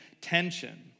tension